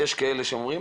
יש כאלה שאומרים,